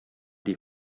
die